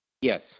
Yes